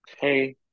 Hey